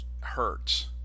hurts